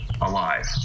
alive